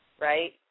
right